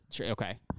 Okay